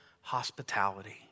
hospitality